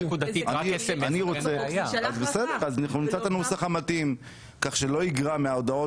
אנחנו נמצא את הנוסח המתאים כך שזה לא יגרע מההודעות